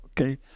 Okay